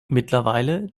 mittlerweile